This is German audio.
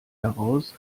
heraus